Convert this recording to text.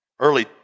Early